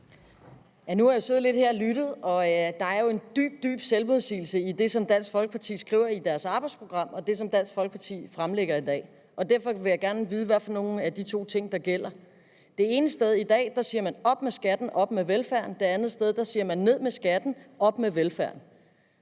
Nu har jeg siddet lidt her og lyttet, og der er jo en dyb, dyb selvmodsigelse mellem det, som Dansk Folkeparti skriver i deres arbejdsprogram, og det, som Dansk Folkeparti fremlægger i dag. Derfor vil jeg gerne vide, hvad af de to ting der gælder. Det ene sted, i dag, siger man: Op med skatten, op med velfærden. Det andet sted siger man: Ned med skatten, op med velfærden.